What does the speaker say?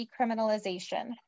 decriminalization